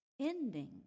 ending